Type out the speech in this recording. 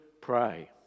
pray